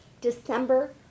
December